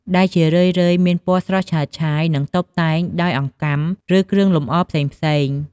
ដែលជារឿយៗមានពណ៌ស្រស់ឆើតឆាយ និងតុបតែងដោយអង្កាំ ឬគ្រឿងលម្អផ្សេងៗ។